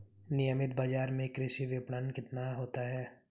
नियमित बाज़ार में कृषि विपणन कितना होता है?